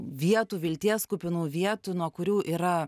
vietų vilties kupinų vietų nuo kurių yra